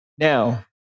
Now